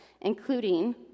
including